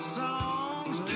songs